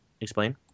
Explain